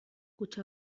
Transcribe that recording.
kutxa